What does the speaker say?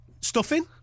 Stuffing